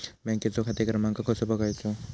बँकेचो खाते क्रमांक कसो बगायचो?